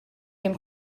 dem